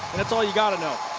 that's all you got to know.